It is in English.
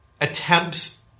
attempts